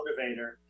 motivator